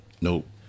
nope